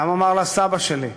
וגם אמר לסבא שלי: